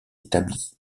établi